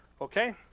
Okay